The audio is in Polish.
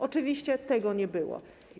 Oczywiście tego nie było.